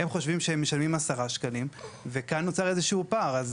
הם חושבים שהם משלמים 10 שקלים וכאן נוצר איזה שהוא פער.